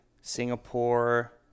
singapore